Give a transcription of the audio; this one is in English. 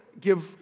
give